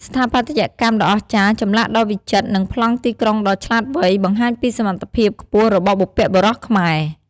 ស្ថាបត្យកម្មដ៏អស្ចារ្យ ចម្លាក់ដ៏វិចិត្រ និងប្លង់ទីក្រុងដ៏ឆ្លាតវៃ បង្ហាញពីសមត្ថភាពខ្ពស់របស់បុព្វបុរសខ្មែរ។